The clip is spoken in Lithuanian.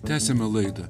tęsiame laidą